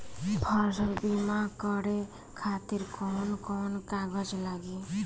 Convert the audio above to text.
फसल बीमा करे खातिर कवन कवन कागज लागी?